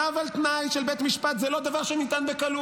צו על תנאי של בית משפט זה לא דבר שניתן בקלות.